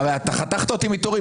אתה חתכת אותי מתורי.